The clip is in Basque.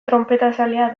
tronpetazalea